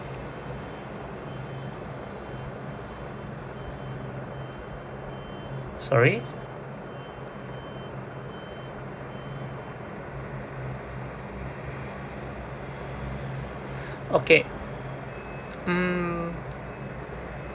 sorry okay mm